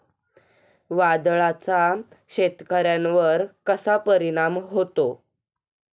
वादळाचा शेतकऱ्यांवर कसा परिणाम होतो?